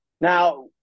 Now